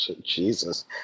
Jesus